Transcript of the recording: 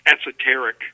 esoteric